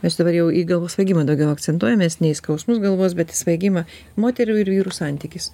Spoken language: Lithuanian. mes dabar jau į galvos svaigimą daugiau akcentuojamės ne į skausmus galvos bet į svaigimą moterų ir vyrų santykis